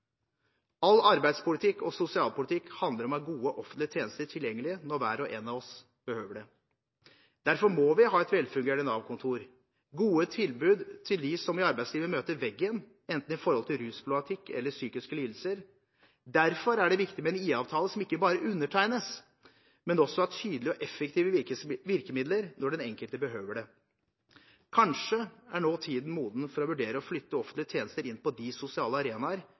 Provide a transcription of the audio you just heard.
All arbeids- og sosialpolitikk handler om å ha gode offentlige tjenester tilgjengelig når hver og en av oss behøver det. Derfor må vi ha velfungerende Nav-kontor og gode tilbud til dem som møter veggen i arbeidslivet, enten på grunn av rusproblematikk eller psykiske lidelser. Derfor er det viktig med en IA-avtale som ikke bare undertegnes, men også har tydelige og effektive virkemidler når den enkelte behøver det. Kanskje er nå tiden kommet for å vurdere å flytte offentlige tjenester inn på de sosiale arenaer